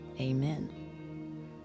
amen